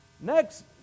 next